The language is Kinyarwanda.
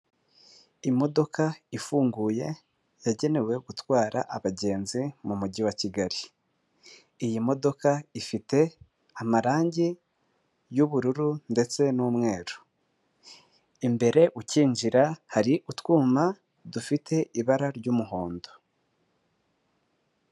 Imodoka ifunguye yagenewe gutwara abagenzi mu mujyi wa Kigali, iyi modoka ifite amarangi y'ubururu ndetse n'umweru imbere ukinjira hari utwuma dufite ibara ry'umuhondo.